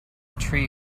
tree